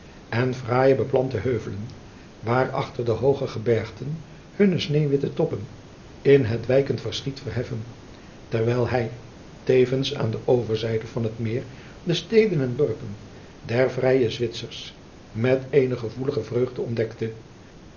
en fraaije beplante heuvelen waar achter de hooge gebergten hunne sneeuwwitte toppen in het wijkend verschiet verheffen terwijl hij tevens aan de overzijde van het meer de steden en dorpen der vrije zwtsers met eene gevoelige vreugde ontdekte